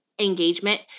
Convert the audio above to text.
engagement